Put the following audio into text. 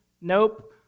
Nope